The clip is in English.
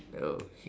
okay